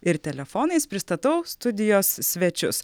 ir telefonais pristatau studijos svečius